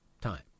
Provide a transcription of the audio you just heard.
time